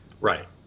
Right